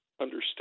understand